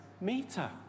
meter